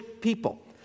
people